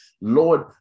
Lord